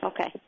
Okay